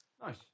Nice